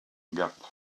gap